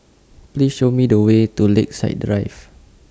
Please Show Me The Way to Lakeside Drive